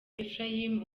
ephraim